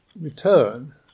return